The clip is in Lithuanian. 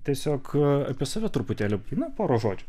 tiesiog apie save truputėlį na pora žodžių